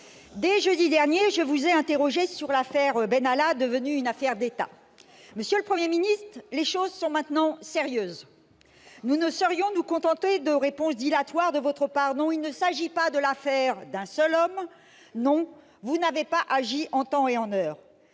dès jeudi dernier, je vous ai interrogé sur l'affaire Benalla, devenue une affaire d'État. Les choses sont maintenant sérieuses. Nous ne saurions nous contenter de réponses dilatoires de votre part. Non, il ne s'agit pas de l'affaire d'un seul homme. Non, vous n'avez pas agi en temps et en heure.